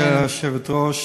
גברתי היושבת-ראש,